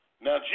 Now